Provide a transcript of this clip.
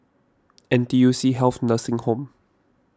N T U C Health Nursing Home